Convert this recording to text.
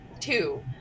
two